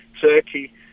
Turkey